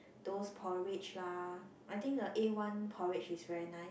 those porridge lah I think the A one porridge is very nice